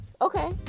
okay